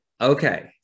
okay